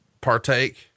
partake